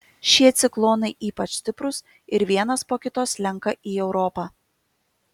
šie ciklonai ypač stiprūs ir vienas po kito slenka į europą